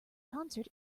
concert